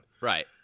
Right